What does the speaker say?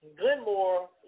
Glenmore